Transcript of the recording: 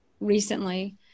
recently